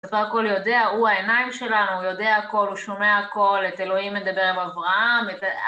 בסך הכל יודע, הוא העיניים שלנו, הוא יודע הכל, הוא שומע הכל, את אלוהים מדבר עם אברהם, את ה...